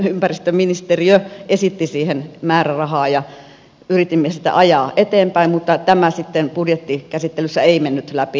ympäristöministeriö esitti siihen määrärahaa ja yritimme sitä ajaa eteenpäin mutta tämä sitten budjettikäsittelyssä ei mennyt läpi